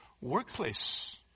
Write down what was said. workplace